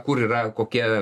kur yra kokie